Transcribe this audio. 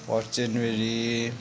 first January